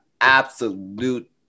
absolute